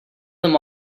them